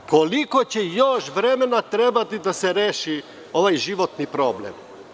Koliko će još vremena trebati da se reši ovaj životni problem?